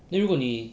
then 如果你